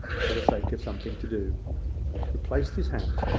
for the sake of something to do replaced his hat,